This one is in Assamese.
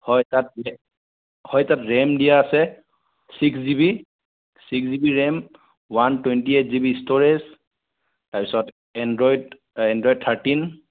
হয় তাত ৰে হয় তাত ৰেম দিয়া আছে six GB six GB RAM one twenty eight GB storage তাৰপিছত এনড্ৰইড এনড্ৰইড থাৰ্টিন